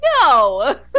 No